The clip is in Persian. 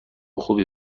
خوبی